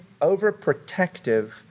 overprotective